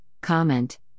comment